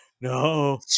No